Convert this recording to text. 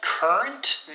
Current